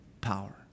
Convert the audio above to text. power